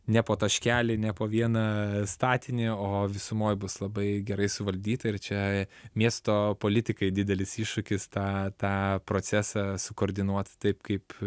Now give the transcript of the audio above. ne po taškelį ne po vieną statinį o visumoj bus labai gerai suvaldyta ir čia miesto politikai didelis iššūkis tą tą procesą sukoordinuot taip kaip